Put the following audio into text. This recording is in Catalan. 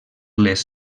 les